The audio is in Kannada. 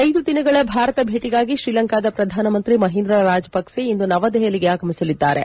ಐದು ದಿನಗಳ ಭಾರತ ಭೇಟಿಗಾಗಿ ಶ್ರೀಲಂಕಾದ ಪ್ರಧಾನಮಂತ್ರಿ ಮಹಿಂದ್ರ ರಾಜಪಕ್ಕ ಇಂದು ನವದೆಹಲಿಗೆ ಆಗಮಿಸಲಿದ್ದಾರೆ